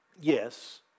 Yes